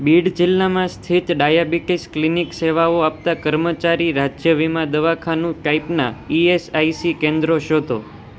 બીડ જિલ્લામાં સ્થિત diabetes clinic સેવાઓ આપતાં કર્મચારી રાજ્ય વીમા દવાખાનું ટાઈપનાં ઇએસઆઇસી કેન્દ્રો શોધો